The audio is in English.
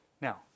Now